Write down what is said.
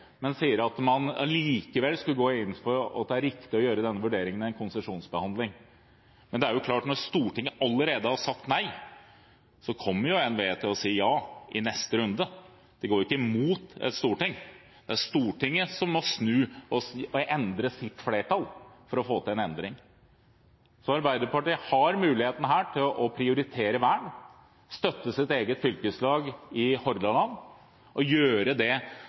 Men det er klart at når Stortinget allerede har sagt nei, kommer NVE til å si ja i neste runde. De går ikke imot et storting. Det er Stortinget som må snu og endre sitt flertall for å få til en endring. Så Arbeiderpartiet har muligheten her til å prioritere vern, støtte sitt eget fylkeslag i Hordaland og legge grunnlaget for at denne vassdragstypen også blir vernet i Norge. Den samme teknokratiske begrunnelsen blir det